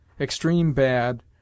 EXTREME-BAD